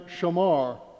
shamar